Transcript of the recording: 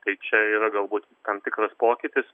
tai čia yra galbūt tam tikras pokytis